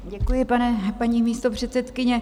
Děkuji, paní místopředsedkyně.